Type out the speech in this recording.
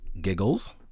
giggles